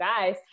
guys